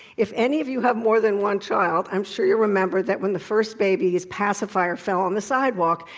if any of you have more than one child, i'm sure you remember that when the first baby's pacifier fell on the sidewalk,